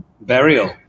burial